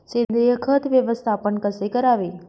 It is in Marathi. सेंद्रिय खत व्यवस्थापन कसे करावे?